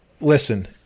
Listen